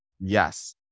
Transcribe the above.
Yes